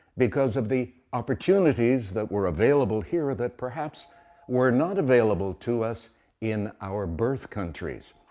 because of the opportunities that were available here that perhaps were not available to us in our birth countries.